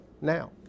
now